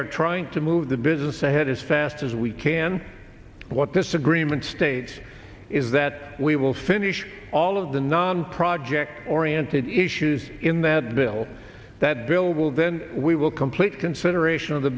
are trying to move the business ahead as fast as we can what this agreement states is that we will finish all of the non project oriented issues in that bill that bill will then we will complete consideration of the